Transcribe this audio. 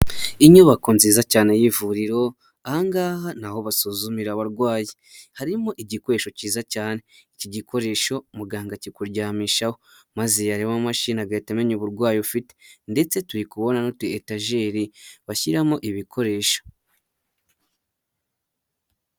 Inyubako nziza cyane y'ivuriro, aha ngaha ni aho basuzumira abarwayi, harimo igikoresho kiza cyane, iki gikoresho muganga akikuryamishaho, maze yareba mu mashini agahita amenya uburwayi ufite, ndetse turi kubona n'utu etajeri bashyiramo ibikoresho.